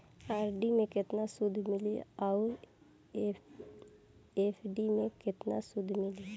RD मे केतना सूद मिली आउर एफ.डी मे केतना सूद मिली?